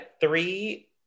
Three